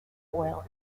oil